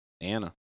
Anna